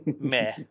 Meh